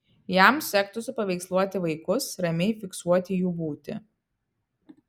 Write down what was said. jam sektųsi paveiksluoti vaikus ramiai fiksuoti jų būtį